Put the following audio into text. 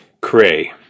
Cray